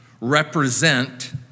represent